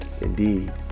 indeed